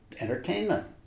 entertainment